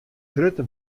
grutte